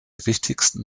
wichtigsten